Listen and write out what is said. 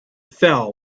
fell